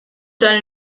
done